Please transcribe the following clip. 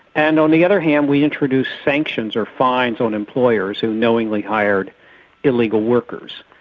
and on the other hand we introduced sanctions or fines on employers who knowingly hired illegal workers.